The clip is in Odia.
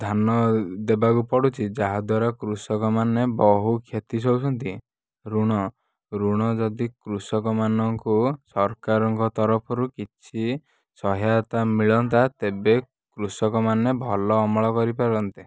ଧାନ ଦେବାକୁ ପଡ଼ୁଛି ଯାହାଦ୍ୱାରା କୃଷକମାନେ ବହୁତ କ୍ଷତି ସହୁଛନ୍ତି ଋଣ ଋଣ ଯଦି କୃଷକମାନଙ୍କୁ ସରକାରଙ୍କ ତରଫରୁ ଯଦି କିଛି ସହାୟତା ମିଳନ୍ତା ତେବେ କୃଷକମାନେ ଭଲ ଅମଳ କରିପାରନ୍ତେ